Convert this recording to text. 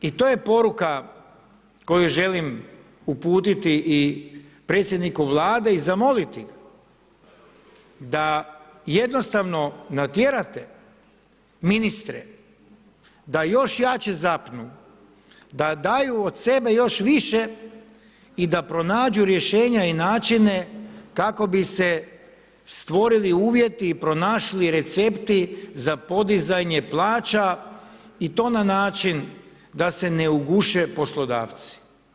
I to je poruka koju želim uputiti i predsjedniku Vlade i zamoliti da jednostavno natjerate ministre da još jače zapnu, da daju od sebe još više i da pronađu rješenja i načine kako bi se stvorili uvjeti i pronašli recepti za podizanje plaća i to na način da se ne uguše poslodavci.